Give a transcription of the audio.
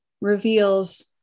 reveals